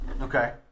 Okay